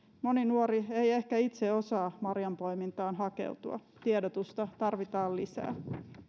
moni nuori ei ehkä itse osaa marjanpoimintaan hakeutua tiedotusta tarvitaan lisää